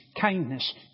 kindness